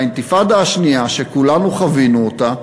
באינתיפאדה השנייה, שכולנו חווינו אותה,